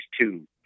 two